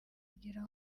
kugira